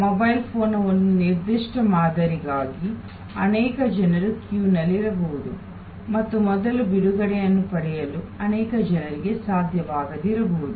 mobile ಫೋನ್ನ ಒಂದು ನಿರ್ದಿಷ್ಟ ಮಾದರಿಗಾಗಿ ಅನೇಕ ಜನರು ಕ್ಯೂನಲ್ಲಿರಬಹುದು ಮತ್ತು ಮೊದಲ ಬಿಡುಗಡೆಯನ್ನು ಪಡೆಯಲು ಅನೇಕರಿಗೆ ಸಾಧ್ಯವಾಗದಿರಬಹುದು